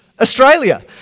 Australia